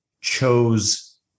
chose